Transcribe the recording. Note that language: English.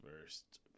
first